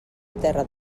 terra